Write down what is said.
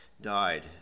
died